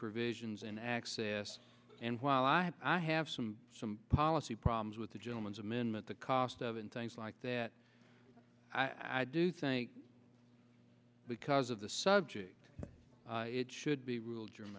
provisions in access and while i have i have some some policy problems with the gentleman's amendment the cost of and things like that i do think because of the subject it should be real german